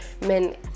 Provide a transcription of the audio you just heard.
men